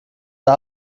der